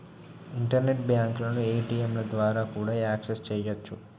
internet బ్యాంకులను ఏ.టీ.యంల ద్వారా కూడా యాక్సెస్ చెయ్యొచ్చు